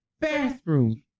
Bathroom